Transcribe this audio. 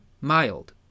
mild